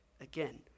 again